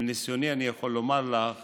מניסיוני אני יכול לומר לך